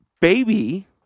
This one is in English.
Baby